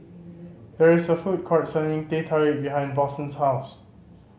there is a food court selling Teh Tarik behind Boston's house